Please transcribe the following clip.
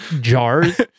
jars